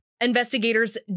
Investigators